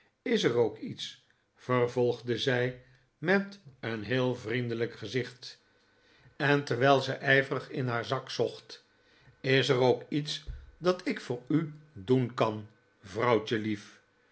is er ook iets vervolgde zij met een heel vriendelijk gezicht en terwijl zij ijverig in haar zak zocht r het jonge paar k o m t thuis is er ook iets dat ik voor u doen kan vrouwtjelief